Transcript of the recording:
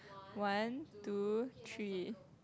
one two three